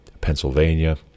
Pennsylvania